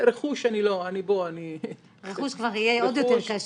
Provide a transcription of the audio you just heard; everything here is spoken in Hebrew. רכוש, אני לא --- רכוש כבר יהיה עוד קשה.